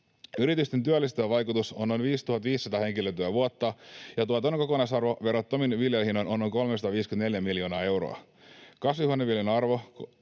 Yritysten työllistävä vaikutus on noin 5 500 henkilötyövuotta, ja tuotannon kokonaisarvo verottomin viljelyhinnoin on noin 354 miljoonaa euroa. Kasvihuoneviljelyn arvo: